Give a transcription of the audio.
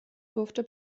durfte